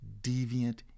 deviant